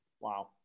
wow